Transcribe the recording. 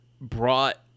brought